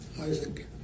Isaac